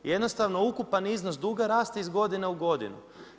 Jednostavno ukupan iznos duga raste iz godine u godinu.